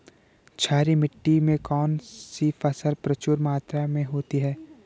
क्षारीय मिट्टी में कौन सी फसल प्रचुर मात्रा में होती है?